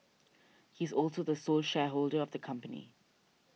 he is also the sole shareholder of the company